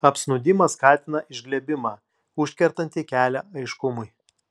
apsnūdimas skatina išglebimą užkertantį kelią aiškumui